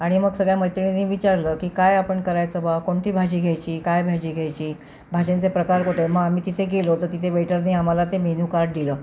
आणि मग सगळ्या मैत्रिणीनी विचारलं की काय आपण करायचं बुवा कोणती भाजी घ्यायची काय भाजी घ्यायची भाज्यांचे प्रकार कोणते मग आम्ही तिथे गेलो तर तिथे वेटरनी आम्हाला ते मेन्यूकार्ड दिलं